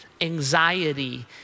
anxiety